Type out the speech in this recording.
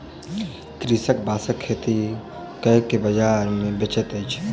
कृषक बांसक खेती कय के बाजार मे बेचैत अछि